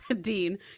Dean